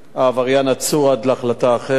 העבריין עצור עד להחלטה אחרת.